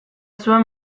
zuen